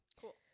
Cool